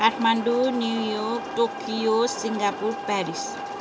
Kathmandu New York Tokyo Singapore Paris